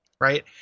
right